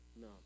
No